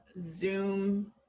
zoom